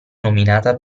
nominata